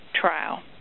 trial